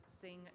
sing